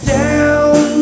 down